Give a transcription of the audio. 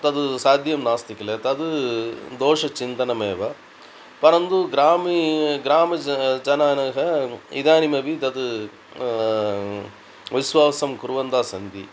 तद् साध्यं नास्ति किल तद् दोषचिन्तनमेव परन्तु ग्रामिण ग्रामजनाः इदानीमपि तद् विश्वासं कुर्वन्तस्सन्ति